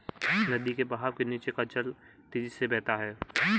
नदी के बहाव के नीचे का जल तेजी से बहता है